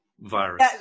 virus